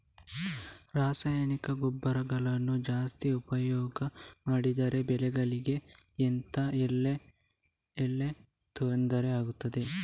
ರಾಸಾಯನಿಕ ಗೊಬ್ಬರಗಳನ್ನು ಜಾಸ್ತಿ ಉಪಯೋಗ ಮಾಡಿದರೆ ಬೆಳೆಗಳಿಗೆ ಎಂತ ಎಲ್ಲಾ ತೊಂದ್ರೆ ಆಗ್ತದೆ?